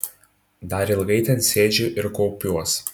dar ilgai ten sėdžiu ir kaupiuos